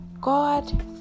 god